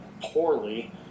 poorly